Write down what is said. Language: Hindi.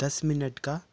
दस मिनट का